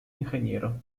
ingeniero